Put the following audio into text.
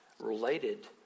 related